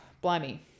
Blimey